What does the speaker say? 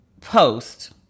post